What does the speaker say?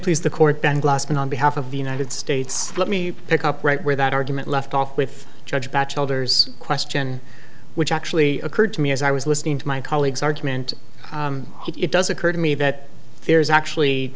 please the court then blossomed on behalf of the united states let me pick up right where that argument left off with judge by childers question which actually occurred to me as i was listening to my colleague's argument it does occur to me that there's actually